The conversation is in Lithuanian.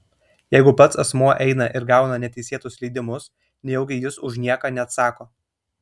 jeigu pats asmuo eina ir gauna neteisėtus leidimus nejaugi jis už nieką neatsako